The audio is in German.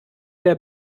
der